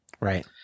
Right